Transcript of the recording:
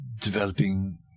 developing